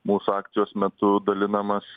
mūsų akcijos metu dalinamas